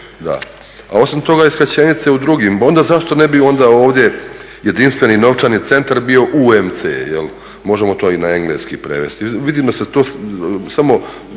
A osim toga je skraćenice u drugim, onda zašto ne bi onda ovdje Jedinstveni novčani centar bio UMC, možemo to i na engleski prevesti. Vidim da se to samo